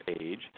age